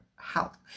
health